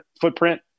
footprint